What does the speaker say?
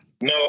No